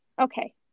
Okay